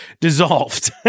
dissolved